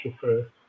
first